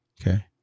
Okay